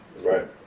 right